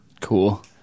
Cool